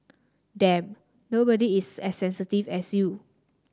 damn nobody is as sensitive as you